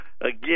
Again